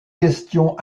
questions